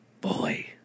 Boy